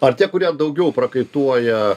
ar tie kurie daugiau prakaituoja